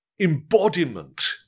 embodiment